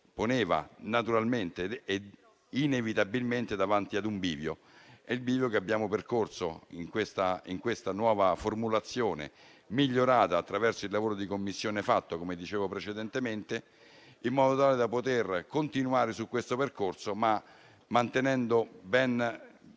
poneva naturalmente e inevitabilmente davanti a un bivio che abbiamo superato nella nuova formulazione, migliorata attraverso il lavoro di Commissione svolto - come dicevo precedentemente - in modo tale da poter continuare su questo percorso, ma mantenendo i